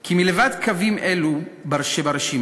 כי מלבד קווים אלה שברשימה